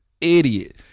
idiot